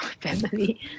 family